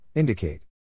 Indicate